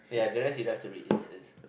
ya the rest you don't have to read it's